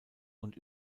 und